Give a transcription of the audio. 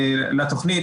נתונים.